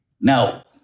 Now